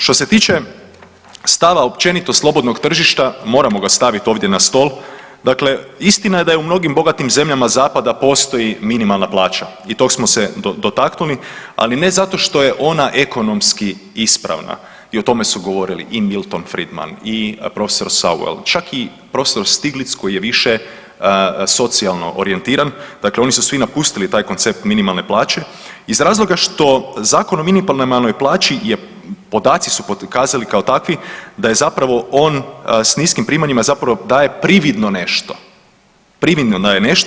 Što se tiče stava općenito slobodnog tržišta, moramo ga staviti ovdje na stol, dakle istina je da je u mnogim bogatim zemljama zapada postoji minimalna plaća i tog smo se dotaknuli, ali ne zato što je ona ekonomski ispravna i o tome su govorili i Milton Friedman i prof. … čak i prof. Stiglitz koji je više socijalno orijentiran, dakle oni su svi napustili taj koncept minimalne plaće iz razloga što Zakon o minimalnoj plaći je podaci su pokazali kao takvi da je on s niskim primanjima daje prividno nešto, prividno je nešto.